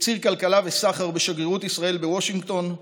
כציר כלכלה וסחר בשגרירות ישראל בוושינגטון,